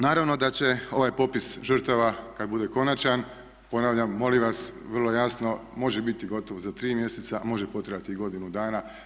Naravno da će ovaj popis žrtava kad bude konačan, ponavljam molim vas vrlo jasno može biti gotov za tri mjeseca, a može potrajati i godinu dana.